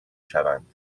شوند